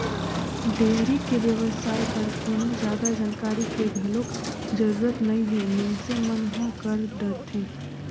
dairy के बेवसाय बर कोनो जादा जानकारी के घलोक जरूरत नइ हे मइनसे मन ह कर डरथे